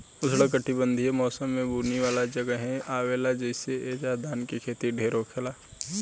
उष्णकटिबंधीय मौसम में बुनी वाला जगहे आवेला जइसे ऐजा धान के खेती ढेर होखेला